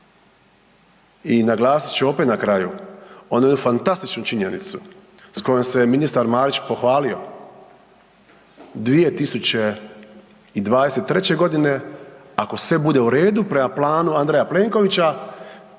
I naglasit ću opet na kraju onu jednu fantastičnu činjenicu s kojom se ministar Marić pohvalio, 2023. godine ako sve bude u redu prema planu Andreja Plenkovića